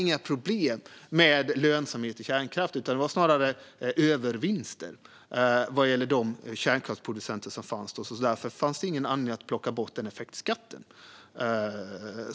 Kärnkraftsproducenterna gjorde snarare övervinster, så därför fanns det ingen anledning att ta bort effektskatten.